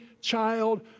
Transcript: child